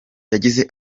yagize